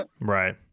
right